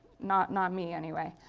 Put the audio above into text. not not me, anyway.